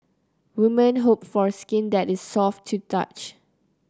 women hope for skin that is soft to touch